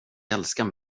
älskar